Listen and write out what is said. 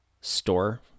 store